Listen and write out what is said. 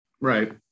Right